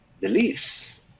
beliefs